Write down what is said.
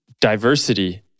diversity